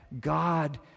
God